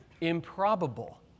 improbable